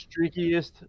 streakiest